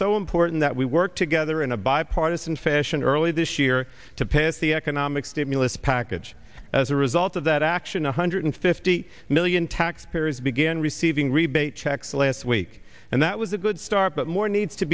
so important that we work together in a bipartisan fashion earlier this year to pass the economic stimulus package as a result of that action one hundred fifty million taxpayers begin receiving rebate checks last week and that was a good start but more needs to